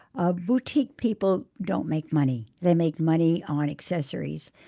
ah boutique people don't make money they make money on accessories.